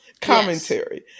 commentary